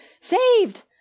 Saved